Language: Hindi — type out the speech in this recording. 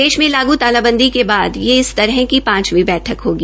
देश में लागू तालाबंदी के बाद यह इस तरह की पांचवी बैठक हागी